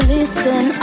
listen